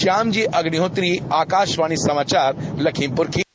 श्यामजी अग्निहोत्री आकाशवाणी समाचार लखीमपुर खीरी